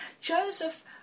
Joseph